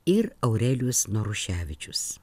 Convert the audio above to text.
ir aurelijus naruševičius